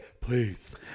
Please